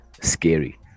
scary